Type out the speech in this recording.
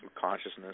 consciousness